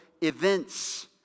events